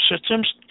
systems